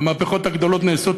המהפכות הגדולות נעשות,